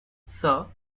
sir